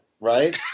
right